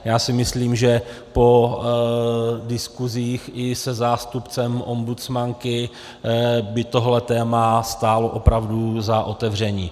Já si myslím, že po diskusích i se zástupcem ombudsmanky by tohle téma stálo opravdu za otevření.